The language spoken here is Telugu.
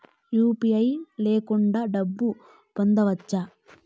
యు.పి.ఐ లేకుండా డబ్బు పంపొచ్చా